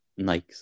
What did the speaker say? Nikes